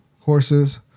courses